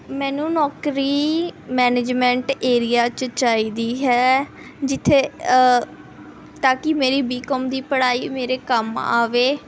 ਮੈਨੂੰ ਨੌਕਰੀ management area 'ਚ ਚਾਹੀਦੀ ਹੈ ਜਿੱਥੇ ਤਾਂ ਕਿ ਮੇਰੀ ਬੀਕੌਮ ਦੀ ਪੜ੍ਹਾਈ ਮੇਰੇ ਕੰਮ ਆਵੇ